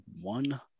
one